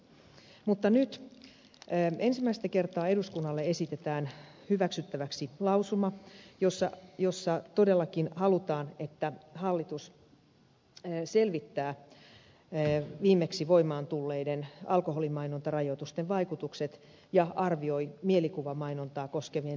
mutta nyt ensimmäistä kertaa eduskunnalle esitetään hyväksyttäväksi lausuma jossa todellakin halutaan että hallitus selvittää viimeksi voimaan tulleiden alkoholin mainontarajoitusten vaikutukset ja arvioi mielikuvamainontaa koskevien lisätoimenpiteiden tarpeen